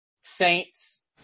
Saints